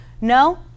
No